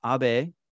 Abe